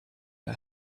her